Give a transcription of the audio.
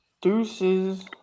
Deuces